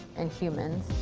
and humans.